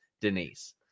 Denise